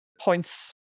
points